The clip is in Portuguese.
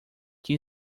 que